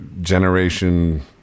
generation